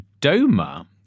Doma